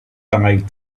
dive